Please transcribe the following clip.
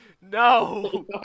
No